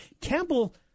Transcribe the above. Campbell